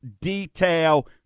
detail